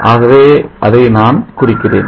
ஆகவே அதை நான் குறிக்கிறேன்